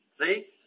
See